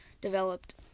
developed